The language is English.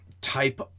type